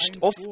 off